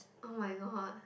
oh-my-god